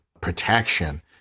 protection